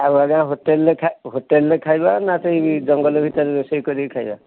ଆଉ ଆଜ୍ଞା ହୋଟେଲ୍ ଖା ହୋଟେଲରେ ଖାଇବା ନା ସେହି ଜଙ୍ଗଲ ଭିତରେ ରୋଷେଇ କରିକି ଖାଇବା